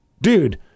Dude